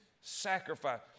sacrifice